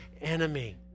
enemy